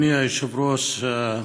אדוני היושב-ראש,